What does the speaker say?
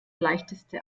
leichteste